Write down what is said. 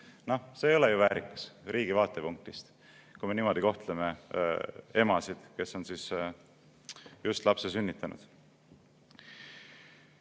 see ei ole ju väärikas riigi vaatepunktist, kui me niimoodi kohtleme emasid, kes on just lapse sünnitanud. Lõpetuseks